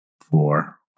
four